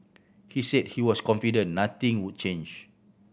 he said he was confident nothing would change